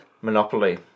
Monopoly